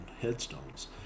headstones